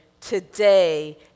today